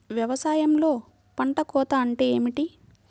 వ్యవసాయంలో పంట కోత అంటే ఏమిటి?